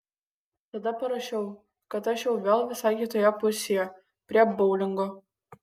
tada parašau kad aš jau vėl visai kitoje pusėje prie boulingo